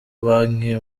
banki